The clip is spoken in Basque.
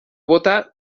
bota